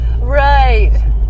right